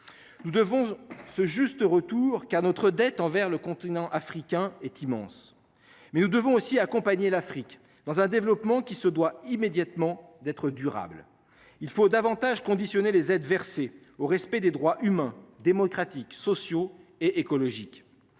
Nous devons ce juste retour qu'à notre dette envers le continent africain est immense mais nous devons aussi accompagner l'Afrique dans un développement qui se doit immédiatement d'être durable. Il faut davantage conditionner les aides versées au respect des droits humains démocratiques, sociaux et écologiques